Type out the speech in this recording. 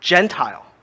Gentile